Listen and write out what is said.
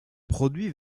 produits